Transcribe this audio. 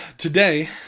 Today